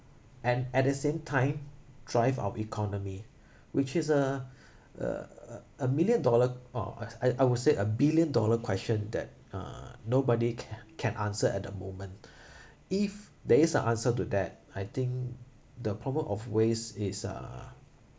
and at the same time drive our economy which is a uh a a million dollar or I I would say a billion dollar question that uh nobody ca~ can answer at the moment if there is an answer to that I think the problem of waste is uh